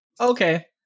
okay